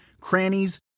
crannies